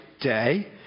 day